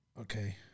Okay